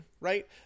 right